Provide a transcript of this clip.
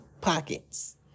pockets